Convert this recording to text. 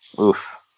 Oof